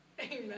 Amen